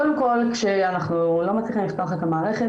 קודם כל כשאנחנו לא מצליחים לפתוח את המערכת,